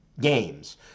games